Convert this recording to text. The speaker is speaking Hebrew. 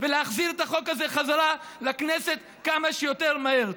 ולהחזיר את החוק הזה בחזרה לכנסת כמה שיותר מהר.